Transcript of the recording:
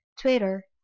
Twitter